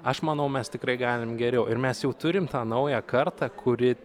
aš manau mes tikrai galim geriau ir mes jau turim tą naują kartą kuri